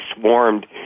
swarmed